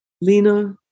Lena